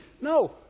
No